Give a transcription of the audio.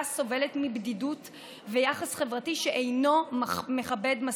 סובלת מבדידות ומיחס חברתי שאינו מכבד מספיק,